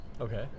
Okay